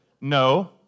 no